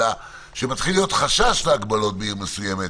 אלא כשמתחיל להיות חשש להגבלות בעיר מסוימת,